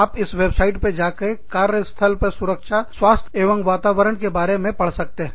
आप इस वेबसाइट पर जाकर कार्य स्थल पर सुरक्षा स्वास्थ्य एवं वातावरण के बारे में पढ़ सकते हैं